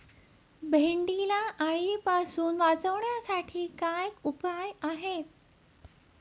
भेंडीला अळीपासून वाचवण्यासाठी काय उपाय आहे?